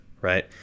right